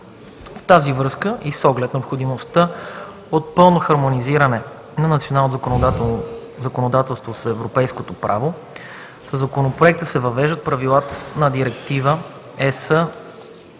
В тази връзка и с оглед необходимостта от пълно хармонизиране на националното законодателство с европейското право, със Законопроекта се въвеждат правилата на Директива (ЕС)